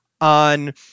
on